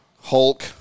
Hulk